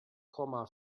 komma